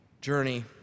journey